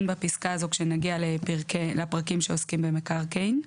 בפסקה הזאת כשנגיע לפרקים שעסקים במקרקעין.